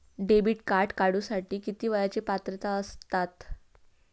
Debit card काढूसाठी किती वयाची पात्रता असतात?